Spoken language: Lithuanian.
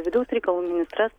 vidaus reikalų ministras